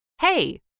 Hey